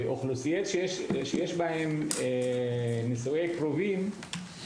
באוכלוסיות שיש בהן נישואי קרובים,